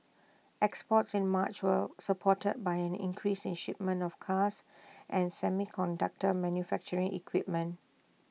exports in March were supported by an increase in shipments of cars and semiconductor manufacturing equipment